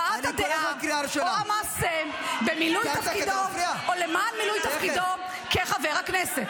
הבעת הדעה או המעשה במילוי תפקידו או למען מילוי תפקידו כחבר הכנסת.